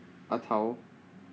ah tao